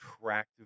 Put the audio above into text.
attractive